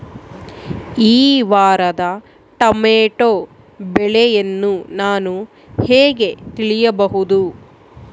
ಈ ವಾರದ ಟೊಮೆಟೊ ಬೆಲೆಯನ್ನು ನಾನು ಹೇಗೆ ತಿಳಿಯಬಹುದು?